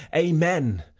amen,